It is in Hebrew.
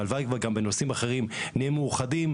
והלוואי גם בנושאים אחרים מאוחדות,